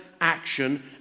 action